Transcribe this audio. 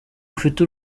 ufite